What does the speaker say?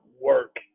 work